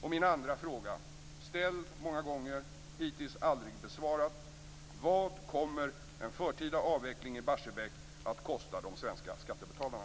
Min andra fråga, ställd många gånger, hittills aldrig besvarad, är: Vad kommer en förtida avveckling av Barsebäck att kosta de svenska skattebetalarna?